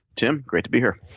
tim, great to be here.